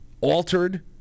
altered